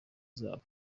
zabo